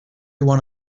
one